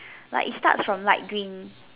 like it starts from light green